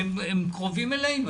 שהם קרובים אלינו.